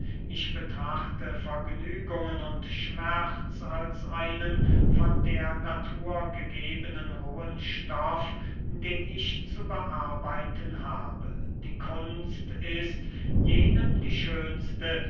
ich betrachte vergnügen und schmerz als einen von der natur gegebenen rohen stoff den ich zu bearbeiten habe die kunst ist jenem die schönste